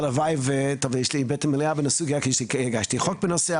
טוב, יש לי בטן מלאה בסוגיה, הגשתי חוק בנושא.